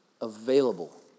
available